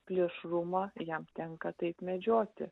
plėšrumą jam tenka taip medžioti